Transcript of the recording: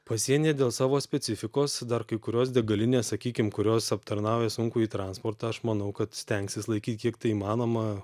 pasienyje dėl savo specifikos dar kai kurios degalinės sakykim kurios aptarnauja sunkųjį transportą aš manau kad stengsis laikyt kiek tai įmanoma